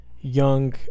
young